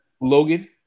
Logan